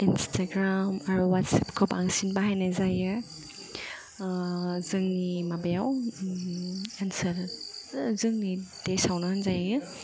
Instagram आरो अवाट्सएपखौ बांसिन बाहायनाय जायो जोंनि माबायाव ओनसोल जोंनि देसआवनो होनजायो